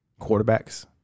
quarterbacks